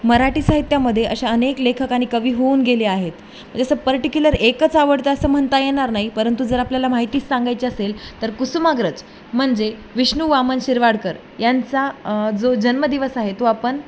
मराठी साहित्यामध्ये अशा अनेक लेखक आणि कवी होऊन गेले आहेत जसं पर्टिक्युलर एकच आवडतं असं म्हणता येणार नाही परंतु जर आपल्याला माहितीच सांगायची असेल तर कुसुमाग्रज म्हणजे विष्णू वामन शिरवाडकर यांचा जो जन्मदिवस आहे तो आपण